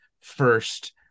first